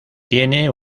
tiene